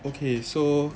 okay so